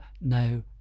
no